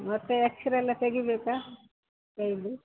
ಮತ್ತು ಎಕ್ಸ್ರೇ ಎಲ್ಲ ತೆಗಿಬೇಕ ಕೈಯಿದು